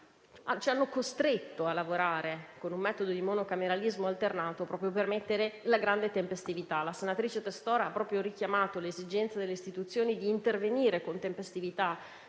ci hanno costretto a lavorare con un metodo di monocameralismo alternato, proprio per avere una grande tempestività. La senatrice Testor ha richiamato l'esigenza delle istituzioni di intervenire con tempestività